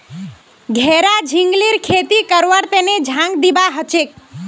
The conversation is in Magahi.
घेरा झिंगलीर खेती करवार तने झांग दिबा हछेक